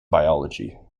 biology